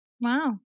Wow